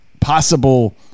possible